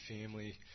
family